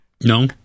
No